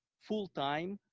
full-time.